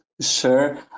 Sure